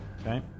Okay